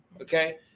okay